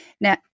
Now